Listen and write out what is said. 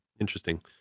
Interesting